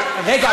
רגע,